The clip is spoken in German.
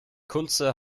kunze